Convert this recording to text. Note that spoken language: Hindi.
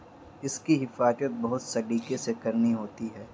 इसकी हिफाज़त बहुत सलीके से करनी होती है